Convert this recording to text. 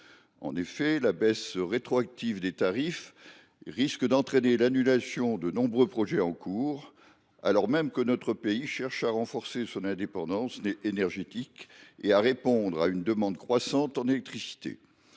En effet, la baisse rétroactive des tarifs risque d’entraîner l’annulation de nombreux projets en cours, alors même que notre pays cherche à renforcer son indépendance énergétique et à répondre à une demande croissante en électricité.